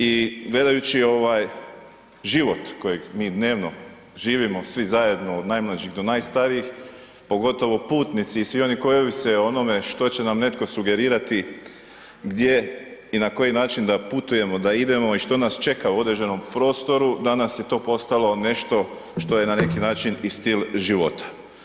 I gledaju život koji mi dnevno živimo svi zajedno od najmlađih do najstarijih, pogotovo putnici i svi oni koji ovise o onome što će nam netko sugerirati gdje i na koji način da putujemo, da idemo i što nas čeka u određenom prostoru, danas je to postalo nešto što je na neki način i stil života.